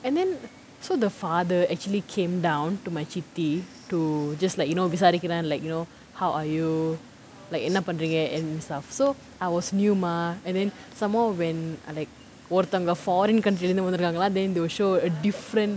and then so the father actually came down to my சித்தி:chithi to just like you know விசாரிக்குறேன்:visaarikkuraen like you know how are you like என்ன பண்ணுறீங்க:enna pannureenga and stuff so I was new mah and then some more when I like ஒருந்தங்க:oruthanga foreign country lah இருந்து வந்துருக்காங்கலாம்:irunthu vanthurukkaangalaam then they will show a different